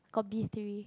got B three